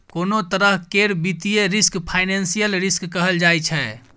कोनों तरह केर वित्तीय रिस्क फाइनेंशियल रिस्क कहल जाइ छै